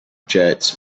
jets